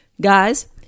guys